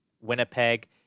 Winnipeg